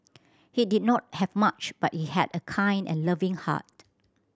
he did not have much but he had a kind and loving heart